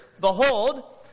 Behold